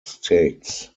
states